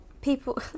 people